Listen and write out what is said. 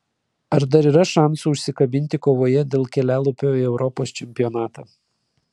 ar dar yra šansų užsikabinti kovoje dėl kelialapio į europos čempionatą